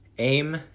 Aim